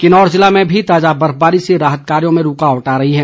किन्नौर ज़िले में भी ताज़ा बर्फबारी से राहत कार्यो में रूकावट आ रही है